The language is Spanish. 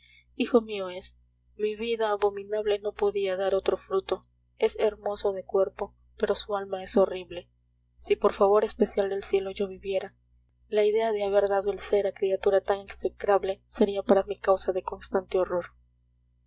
hijo mío es mi vida abominable no podía dar otro fruto es hermoso de cuerpo pero su alma es horrible si por favor especial del cielo yo viviera la idea de haber dado el ser a criatura tan execrable sería para mí causa de constante horror